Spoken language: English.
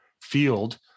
field